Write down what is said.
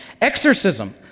exorcism